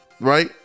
right